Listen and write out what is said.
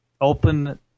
open